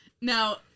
Now